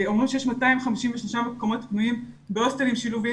אומרים שיש 253 מקומות פנויים בהוסטלים שילוביים